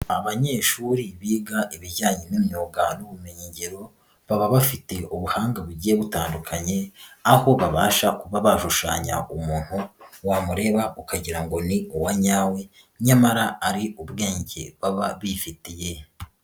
Abanyeshuri biga ibijyanye n'imyuga n'ubumenyi ngiro, baba bafite ubuhanga bugiye butandukanye, aho babasha kuba bashushanya umuntu wamureba ukagira ngo ni uwa nyawe, nyamara ari ubwenge baba bifitiye.